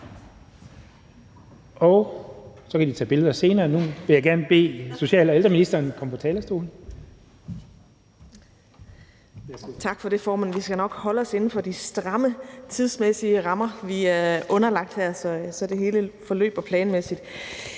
komme på talerstolen. Værsgo. Kl. 12:03 Social- og ældreministeren (Astrid Krag): Tak for det, formand. Vi skal nok holde os inden for de stramme tidsmæssige rammer, vi er underlagt her, så det hele forløber planmæssigt.